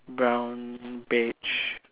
brown beige